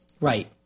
right